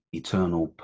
eternal